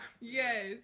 yes